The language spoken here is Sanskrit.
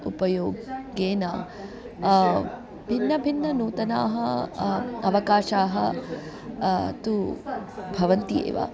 उपयोगेन भिन्नभिन्नाः नूतनाः अवकाशाः तु भवन्ति एव